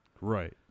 Right